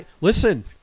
Listen